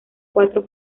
cuatro